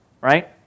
right